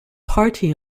party